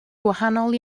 gwahanol